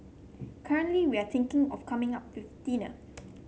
currently we are thinking of coming up with dinner